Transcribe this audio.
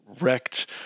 wrecked